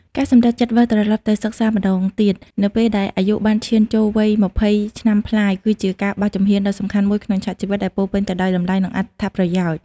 ការសម្រេចចិត្តវិលត្រឡប់ទៅសិក្សាម្តងទៀត នៅពេលដែលអាយុបានឈានចូលវ័យ ២០ ឆ្នាំប្លាយ គឺជាការបោះជំហានដ៏សំខាន់មួយក្នុងឆាកជីវិត ដែលពោរពេញទៅដោយតម្លៃ និងអត្ថប្រយោជន៍។